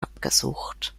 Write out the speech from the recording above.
abgesucht